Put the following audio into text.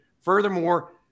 Furthermore